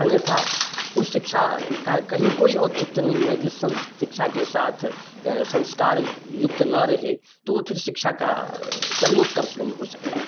अन्यथा उस शिक्षा का कहीं कोई औचित्य नहीं है जिस संस शिक्षा के साथ संस्कार युक्त न रहे तो वो फिर शिक्षा का चर्मोत्कर्ष नहीं हो सकता है